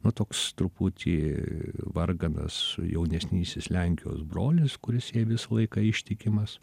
nu toks truputį varganas jaunesnysis lenkijos brolis kuris jai visą laiką ištikimas